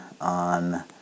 on